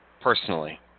personally